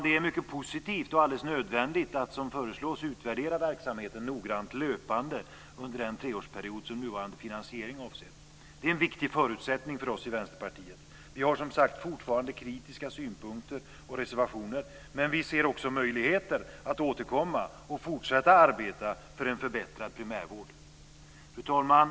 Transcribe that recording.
Det är mycket positivt och alldeles nödvändigt att som föreslås utvärdera verksamheten noggrant och löpande under den treårsperiod som nuvarande finansiering avser. Det är en viktigt förutsättning för oss i Vänsterpartiet. Vi har som sagt fortfarande kritiska synpunkter och reservationer, men vi ser också möjligheter att återkomma och fortsätta att arbeta för en förbättrad primärvård. Fru talman!